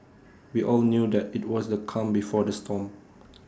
we all knew that IT was the calm before the storm